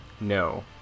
No